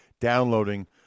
downloading